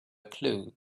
clue